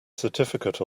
certificate